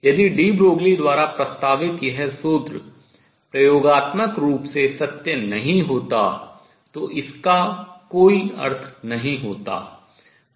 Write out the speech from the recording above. यदि de Broglie द्वारा प्रस्तावित यह सूत्र प्रयोगात्मक रूप से सत्य नहीं होता तो इसका कोई अर्थ नहीं होता